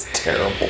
terrible